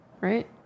right